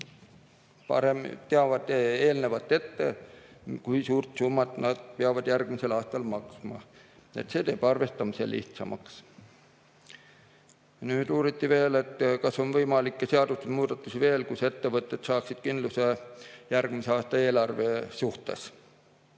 vaid nad teavad ette, kui suure summa nad peavad järgmisel aastal maksma. See teeb arvestamise lihtsamaks. Uuriti, kas on veel võimalikke seadusemuudatusi, millega ettevõtted saaksid kindluse järgmise aasta eelarve suhtes.